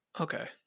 Okay